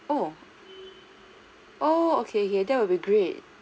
oh oh okay okay that would be great